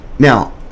Now